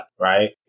right